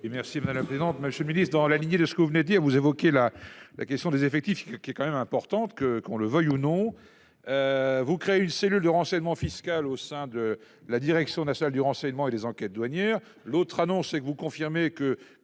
merci madame la présidente, monsieur le ministre, dans la lignée de ce que vous venez dire. Vous évoquez la la question des effectifs qui est quand même importante que qu'on le veuille ou non. Vous créez une cellule de renseignement fiscal au sein de la direction nationale du renseignement et des enquêtes douanières. L'autre annonce que vous confirmez que,